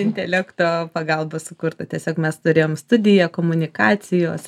intelekto pagalba sukurta tiesiog mes turim studiją komunikacijos